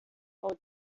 old